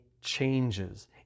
changes